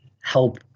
help